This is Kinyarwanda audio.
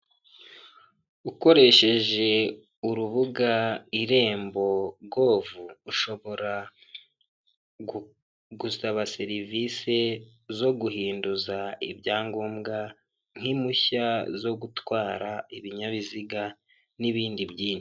Ukoresheje urubuga irembo govu, ushobora gusaba serivisi zo guhinduza ibyangombwa nk'impushya zo gutwara ibinyabiziga n'ibindi byinshi.